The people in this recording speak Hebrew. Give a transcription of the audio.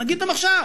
נגיד אותן עכשיו.